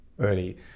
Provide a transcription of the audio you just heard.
early